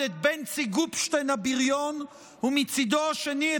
את בנצי גופשטיין הבריון ומצידו השני,